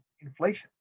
inflation